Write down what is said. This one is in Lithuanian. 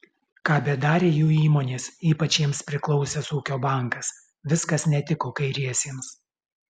ką bedarė jų įmonės ypač jiems priklausęs ūkio bankas viskas netiko kairiesiems